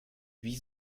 wie